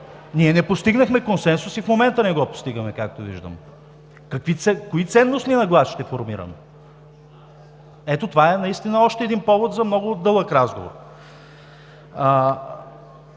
ние не постигнахме консенсус и в момента не го постигаме, както виждам. Кои ценностни нагласи ще формираме? Ето, това е още един повод за много дълъг разговор.